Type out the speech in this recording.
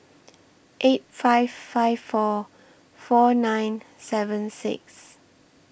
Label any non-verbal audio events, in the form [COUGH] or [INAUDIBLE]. [NOISE] eight five five four four nine seven six